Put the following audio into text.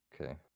Okay